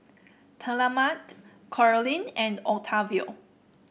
Talmadge Caroline and Octavio